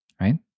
right